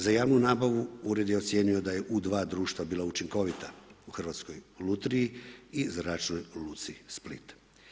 Za javnu nabavu Ured je ocijenio da je u 2 društva bilo učinkovita u Hrvatskoj lutriji i Zračnoj luci Split.